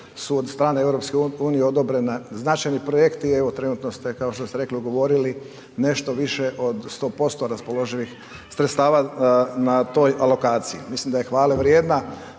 su od strane EU odobrena značajni projekti i evo trenutno ste, kao što ste rekli, ugovorili nešto više od 100% raspoloživih sredstava na toj alokaciji, mislim da je hvale vrijedna